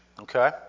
Okay